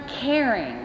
caring